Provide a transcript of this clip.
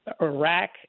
Iraq